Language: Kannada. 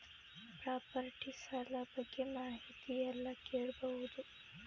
ಪ್ರಾಪರ್ಟಿ ಸಾಲ ಬಗ್ಗೆ ಮಾಹಿತಿ ಎಲ್ಲ ಕೇಳಬಹುದು?